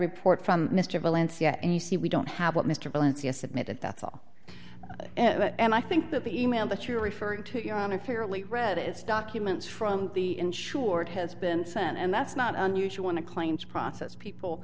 report from mr valencia and he we don't have what mr valencia submitted that's all and i think that the e mail that you're referring to you're on a fairly read it's documents from the insured has been sent and that's not unusual in the claims process people